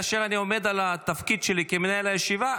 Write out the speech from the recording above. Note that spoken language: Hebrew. כאשר אני עומד על התפקיד שלי כמנהל הישיבה,